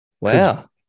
Wow